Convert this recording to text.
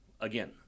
again